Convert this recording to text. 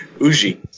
Uji